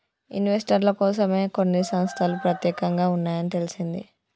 ఇన్వెస్టర్ల కోసమే కొన్ని సంస్తలు పెత్యేకంగా ఉన్నాయని తెలిసింది